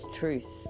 truth